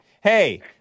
Hey